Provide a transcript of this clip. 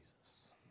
Jesus